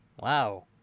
Wow